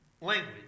language